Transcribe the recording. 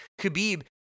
Khabib